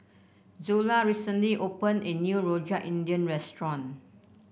Zula recently opened a new Rojak Indian restaurant